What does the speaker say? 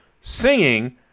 singing